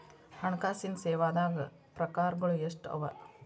ಹಣ್ಕಾಸಿನ್ ಸೇವಾದಾಗ್ ಪ್ರಕಾರ್ಗಳು ಎಷ್ಟ್ ಅವ?